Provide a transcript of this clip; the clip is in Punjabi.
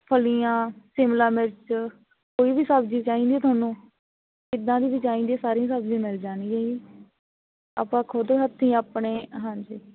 ਫਲੀਆਂ ਸ਼ਿਮਲਾ ਮਿਰਚ ਕੋਈ ਵੀ ਸਬਜ਼ੀ ਚਾਹੀਦੀ ਤੁਹਾਨੂੰ ਜਿੱਦਾਂ ਦੀ ਵੀ ਚਾਹੀਦੀ ਆ ਸਾਰੀਆਂ ਸਬਜ਼ੀਆਂ ਮਿਲ ਜਾਣਗੀਆਂ ਜੀ ਆਪਾਂ ਖੁਦ ਹੱਥੀਂ ਆਪਣੇ ਹਾਂਜੀ